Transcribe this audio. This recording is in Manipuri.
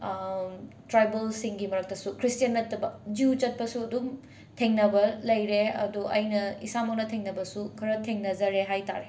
ꯇ꯭ꯔꯥꯏꯕꯦꯜꯁꯤꯡꯒꯤ ꯃꯔꯛꯇꯁꯨ ꯈ꯭ꯔꯤꯁꯇ꯭ꯌꯥꯟ ꯅꯠꯇꯕ ꯖꯨ ꯆꯠꯄꯁꯨ ꯑꯗꯨꯝ ꯊꯦꯡꯅꯕ ꯂꯩꯔꯦ ꯑꯗꯣ ꯑꯩꯅ ꯏꯁꯥꯃꯛꯅ ꯊꯦꯡꯅꯕꯁꯨ ꯈꯔ ꯊꯦꯡꯅꯖꯔꯦ ꯍꯥꯏꯇꯥꯔꯦ